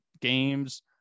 games